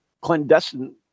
clandestine